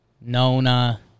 Nona